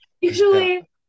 usually